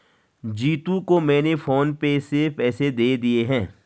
जीतू को मैंने PhonePe से पैसे दे दिए हैं